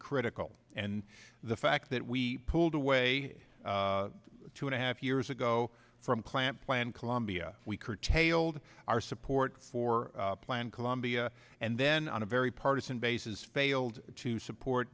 critical and the fact that we pulled away two and a half years ago from plant plan colombia we curtailed our support for plan colombia and then on a very partisan basis failed to support